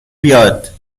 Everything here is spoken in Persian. بیاد